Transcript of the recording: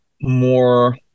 more